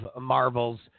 Marvel's